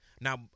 now